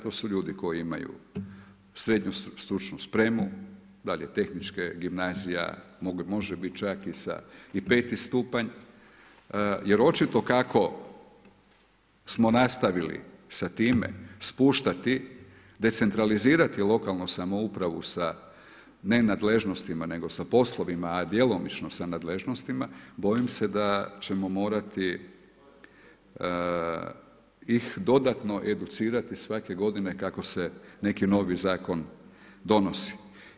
To su ljudi koji imaju SSS dal je tehnička, gimnazija može biti čak i pet stupanj, jer očito kako smo nastavili s time spuštati, decentralizirati lokalnu samoupravu sa ne nadležnostima nego sa poslovima, a djelomično sa nadležnostima, bojim se da ćemo morati ih dodatno educirati svake godine kako se neki novi zakon donosi.